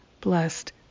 blessed